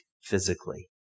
physically